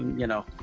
you know.